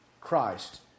Christ